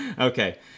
Okay